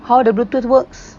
how the bluetooth works